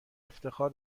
افتخار